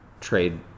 trade